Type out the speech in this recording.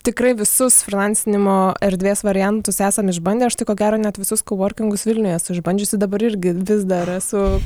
tikrai visus frylancinimo erdvės variantus esam išbandę aš tai ko gero net visus kovorkingus vilniuje esu išbandžiusi dabar irgi vis dar esu